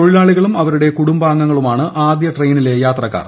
തൊഴിലാളികളും അവരുടെ കുടുംബാംഗങ്ങളുമാണ് ആദ്യ ട്രെയിനിലെ യാത്രക്കാർ